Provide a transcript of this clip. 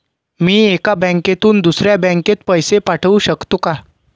मी एका बँकेतून दुसऱ्या बँकेत पैसे पाठवू शकतो का?